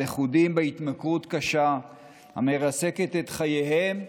לכודים בהתמכרות קשה המרסקת את חייהם,